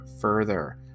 further